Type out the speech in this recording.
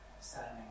standing